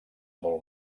molt